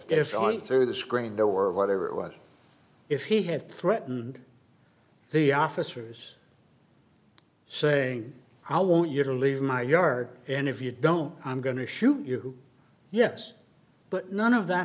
there's on through the screen there were whatever it was if he had threatened the officers saying i want you to leave my yard and if you don't i'm going to shoot you yes but none of that